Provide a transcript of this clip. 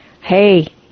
hey